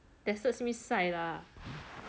tested simi sai lah